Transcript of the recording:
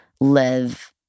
live